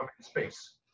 space